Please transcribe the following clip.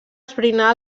esbrinar